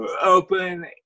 open